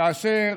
כאשר